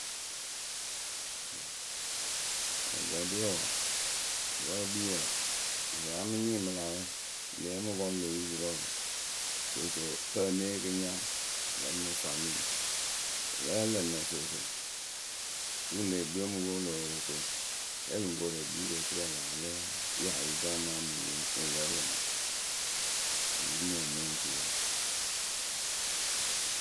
ŋ Bɔŋ vɔdǝ we wɔɔ wǝ́ e kpii wǝǝ asɛ a mɨ nyɩ ɩ mɨ lä wɛ lë a mɨ pɔrʊ lö yupurǝ wǝǝ sooso kǝ́ wǝ́ née yee kɨ ŋ́ nya lǝmɨ mɨ famii wɨ lǝ́ǝ lǝ nɛ soosoo oturu lë e kpii o mj pwo lö Worokoe. Rɛ lɨŋ koru e kpii kɨ turu laa lǝǝ wɨ ri mɨ wǝǝ me ŋ cii wǝǝ.